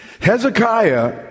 Hezekiah